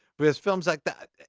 because films like that,